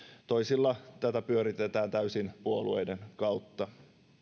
toisilla tätä pyöritetään täysin puolueiden kautta